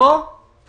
פה